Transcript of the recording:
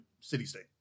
city-state